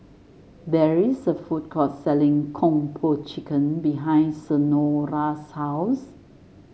there is a food court selling Kung Po Chicken behind Senora's house